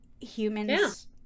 humans